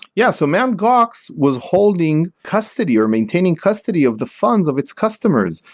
yeah. so mt. gox was holding custody or maintaining custody of the funds of its customers.